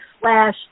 slash